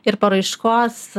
ir paraiškos